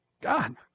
God